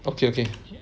okay okay